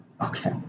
Okay